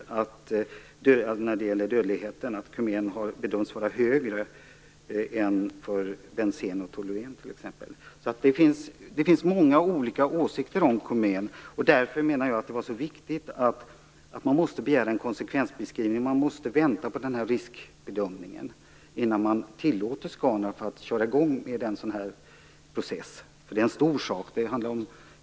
Dödligheten när det gäller kumen bedöms vara högre än exempelvis när det gäller bensen och toluen. Det finns alltså många olika åsikter kumen. Därför menar jag att det är så viktigt att begära en konsekvensbeskrivning. Man måste vänta på riskbedömningen innan man tillåter Scanraff att köra i gång med en sådan här process. Det är en stor sak.